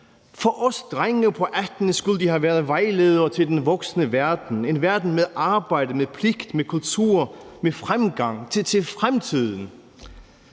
For os drenge på 18 skulle de have været vejledere til den voksne verden – en verden med arbejde, med pligt, med kultur, med fremgang til fremtiden,